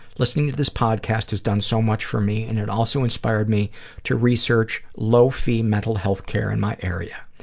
listening to this podcast has done so much for me, and it also inspired me to research low-fee mental health care in my area.